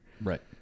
right